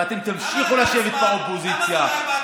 ואתם תמשיכו לשבת באופוזיציה.